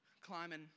climbing